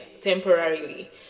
temporarily